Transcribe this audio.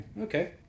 Okay